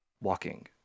walking